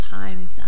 times